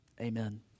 Amen